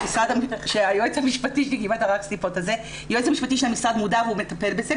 שהיועץ המשפטי של המשרד מודע ומטפל בזה,